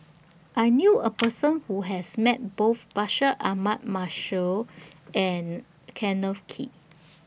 I knew A Person Who has Met Both Bashir Ahmad Mallal and Kenneth Kee